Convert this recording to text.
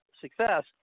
success